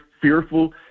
fearful